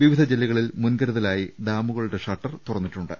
വിവിധ ജില്ല കളിൽ മുൻകരുതലായി ഡാമുകളുടെ ഷട്ടർ തുറന്നിട്ടുണ്ട്